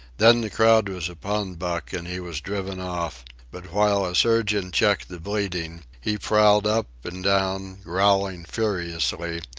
then the crowd was upon buck, and he was driven off but while a surgeon checked the bleeding, he prowled up and down, growling furiously,